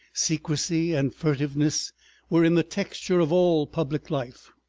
secrecy and furtiveness were in the texture of all public life.